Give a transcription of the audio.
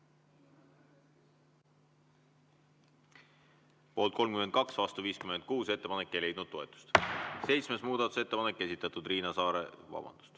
Poolt 32, vastu 56. Ettepanek ei leidnud toetust. Seitsmes muudatusettepanek, esitanud Riina Saar ... Vabandust,